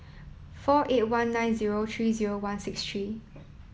four eight one nine zero tree zero one six tree